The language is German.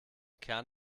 kern